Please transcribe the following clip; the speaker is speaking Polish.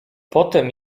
potem